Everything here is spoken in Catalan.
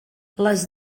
les